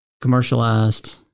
commercialized